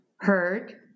heard